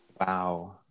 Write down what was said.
Wow